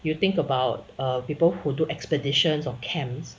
you think about err people who do expeditions or camps